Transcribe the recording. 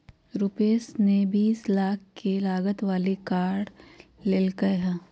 रूपश ने बीस लाख के लागत वाली कार लेल कय है